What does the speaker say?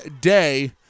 day